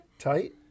Tight